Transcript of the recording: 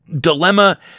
dilemma